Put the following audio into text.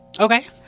Okay